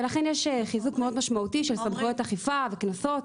לכן יש חיזוק משמעותי מאוד של סמכויות האכיפה והקנסות.